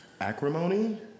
Acrimony